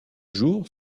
jour